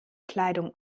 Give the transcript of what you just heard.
kleidung